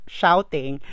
shouting